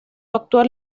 actual